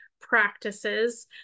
practices